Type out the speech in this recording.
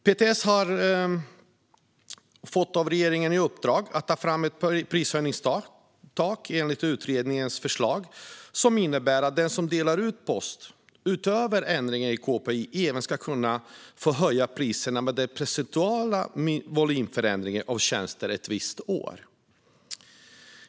PTS har av regeringen fått i uppdrag att ta fram ett prishöjningstak enligt utredningens förslag, som innebär att den som delar ut post utöver ändringar i KPI ska kunna få höja priserna med den procentuella volymförändringen av tjänsten ett visst år.